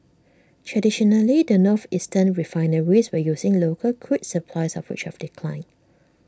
traditionally the northeastern refineries were using local crude supplies of which have declined